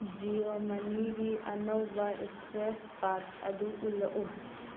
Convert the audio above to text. ꯖꯤꯌꯣ ꯃꯅꯤꯒꯤ ꯑꯅꯧꯕ scratch card ꯑꯗꯨ ꯎꯠꯂꯛꯎ